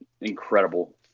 incredible